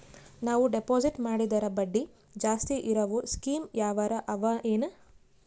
ನಾವು ಡೆಪಾಜಿಟ್ ಮಾಡಿದರ ಬಡ್ಡಿ ಜಾಸ್ತಿ ಇರವು ಸ್ಕೀಮ ಯಾವಾರ ಅವ ಏನ?